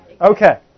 Okay